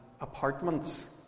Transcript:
apartments